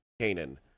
Canaan